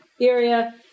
area